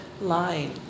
line